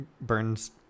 burns